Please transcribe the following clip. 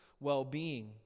well-being